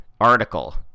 article